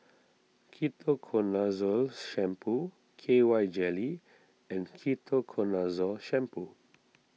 Ketoconazole Shampoo K Y Jelly and Ketoconazole Shampoo